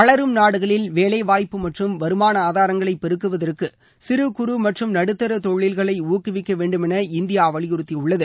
வளரும் நாடுகளில் வேலைவாய்ப்பு மற்றும் வருமான ஆதாரங்களை பெருக்குவதற்கு சிறு குறு மற்றும் நடுத்தா தொழில்களை ஊக்குவிக்க வேண்டும் என இந்தியா வலியுறுத்தியுள்ளது